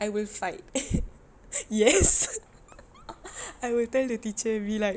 I will fight yes I will tell the teacher be like